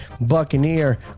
Buccaneer